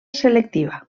selectiva